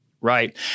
Right